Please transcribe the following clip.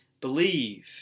believe